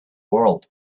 world